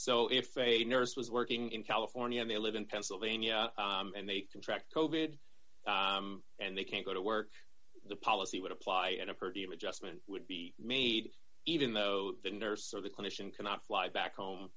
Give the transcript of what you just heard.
so if a nurse was working in california and they live in pennsylvania and they contract coded and they can't go to work the policy would apply and a per diem adjustment would be made even though the nurse or the clinician cannot fly back home